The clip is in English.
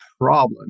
problem